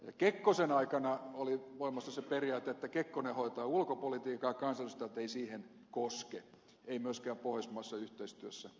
kekkosen aikana oli voimassa se periaate että kekkonen hoitaa ulkopolitiikan ja kansanedustajat eivät siihen koske eivät myöskään pohjoismaisessa yhteistyössä